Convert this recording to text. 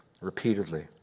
repeatedly